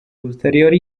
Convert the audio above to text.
ulteriori